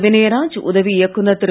வினயராஜ் உதவி இயக்குநர் திரு